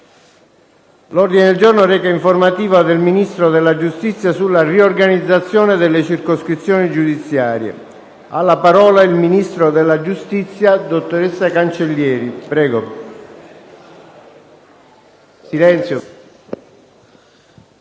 L'ordine del giorno reca: «Informativa del Ministro della giustizia sulla riorganizzazione delle circoscrizioni giudiziarie». Ha facoltà di parlare il ministro della giustizia, dottoressa Cancellieri.